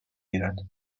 گیرد